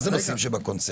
מה זה "נושאים שבקונצנזוס"?